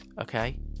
okay